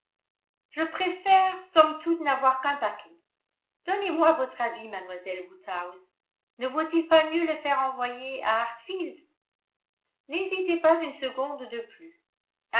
je préfère somme toute n'avoir qu'un paquet donnez-moi votre avis mlle woodhouse ne vaut-il pas mieux le faire envoyer à hartfield n'hésitez pas une seconde de plus